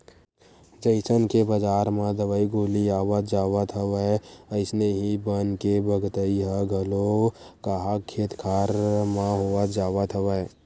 जइसन के बजार म दवई गोली आवत जावत हवय अइसने ही बन के बगरई ह घलो काहक खेत खार म होवत जावत हवय